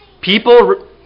People